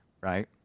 right